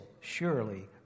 surely